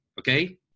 okay